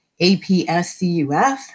APSCUF